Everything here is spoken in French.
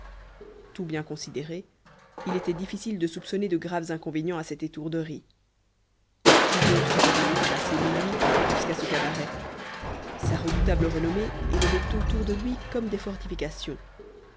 tout bien considéré il était difficile de soupçonner de graves inconvénients à cette étourderie qui donc serait venu passé minuit jusqu'à ce cabaret sa redoutable renommée élevait autour de lui comme des fortifications